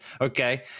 Okay